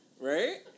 right